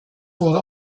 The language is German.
wurde